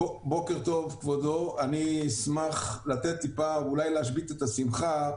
בוקר טוב, כבודו, אני אשמח להשבית קצת את השמחה.